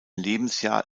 lebensjahr